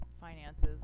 finances